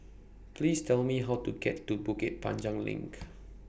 Please Tell Me How to get to Bukit Panjang LINK